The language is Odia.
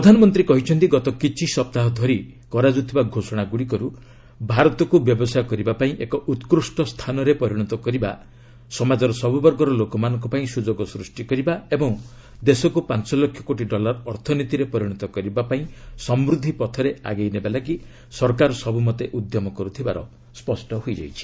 ପ୍ରଧାନମନ୍ତ୍ରୀ କହିଛନ୍ତି ଗତ କିଛି ସପ୍ତାହ ଧରି କରାଯାଉଥିବା ଘୋଷଣା ଗୁଡ଼ିକରୁ' ଭାରତକ୍ର ବ୍ୟବସାୟ କରିବା ପାଇଁ ଏକ ଉକ୍କୁଷ୍ଟ ସ୍ଥାନରେ ପରିଣତ କରିବା ସମାଜର ସବ୍ରବର୍ଗର ଲୋକମାନଙ୍କ ପାଇଁ ସ୍ରଯୋଗ ସୃଷ୍ଟି କରିବା ଓ ଦେଶକୃ ପାଞ୍ଚ ଲକ୍ଷ କୋଟି ଡଲାର ଅର୍ଥନୀତିରେ ପରିଣତ କରିବା ପାଇଁ ସମୃଦ୍ଧି ପଥରେ ଆଗେଇ ନେବା ଲାଗି ସରକାର ସବୁମତେ ଉଦ୍ୟମ କରୁଥିବାର ସ୍ୱଷ୍ଟ ହୋଇଯାଇଛି